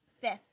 Fifth